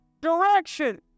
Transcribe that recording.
Direction